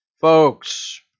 Folks